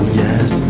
yes